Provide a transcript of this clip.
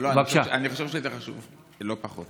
אני חושב שזה לא פחות